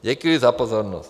Děkuji za pozornost.